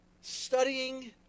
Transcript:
studying